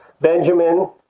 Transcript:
Benjamin